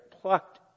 plucked